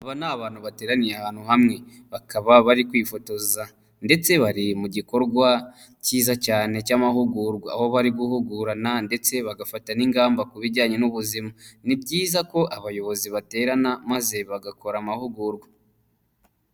aba ni abantu bateraniye ahantu hamwe bakaba bari kwifotoza ndetse bari mu gikorwa cyiza cyane cy'amahugurwa aho bari guhugurana ndetse bagafata n'ingamba ku bijyanye n'ubuzima ni byiza ko abayobozi baterana maze bagakora amahugurwa.